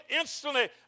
instantly